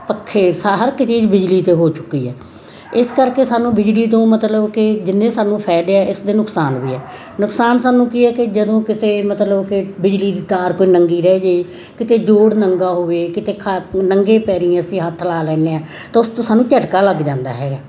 ਪੱਖੇ ਸਾ ਹਰ ਇੱਕ ਚੀਜ਼ ਬਿਜਲੀ 'ਤੇ ਹੋ ਚੁੱਕੀ ਹੈ ਇਸ ਕਰਕੇ ਸਾਨੂੰ ਬਿਜਲੀ ਤੋਂ ਮਤਲਬ ਕਿ ਜਿੰਨੇ ਸਾਨੂੰ ਫਾਇਦੇ ਹੈ ਇਸ ਦੇ ਨੁਕਸਾਨ ਵੀ ਹੈ ਨੁਕਸਾਨ ਸਾਨੂੰ ਕੀ ਹੈ ਕਿ ਜਦੋਂ ਕਿਸੇ ਮਤਲਬ ਕਿ ਬਿਜਲੀ ਦੀ ਤਾਰ ਕੋਈ ਨੰਗੀ ਰਹਿ ਜੇ ਕਿਤੇ ਜੋੜ ਨੰਗਾ ਹੋਵੇ ਕਿਤੇ ਖਾ ਨੰਗੇ ਪੈਰੀਂ ਅਸੀਂ ਹੱਥ ਲਾ ਲੈਂਦੇ ਹਾਂ ਤੋ ਉਸ ਤੋਂ ਸਾਨੂੰ ਝਟਕਾ ਲੱਗ ਜਾਂਦਾ ਹੈਗਾ